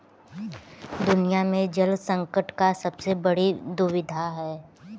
दुनिया में जल संकट का सबसे बड़ी दुविधा है